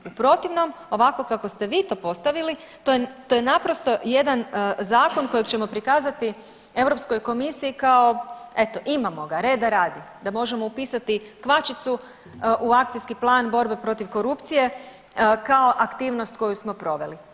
U protivnom, ovako kako ste vi to postavili to je naprosto jedan zakon kojeg ćemo prikazati Europskoj komisiji kao eto imamo ga reda radi, da možemo upisati kvačicu u akcijski plan borbe protiv korupcije kao aktivnost koju smo proveli.